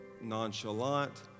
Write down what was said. nonchalant